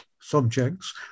subjects